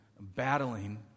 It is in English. battling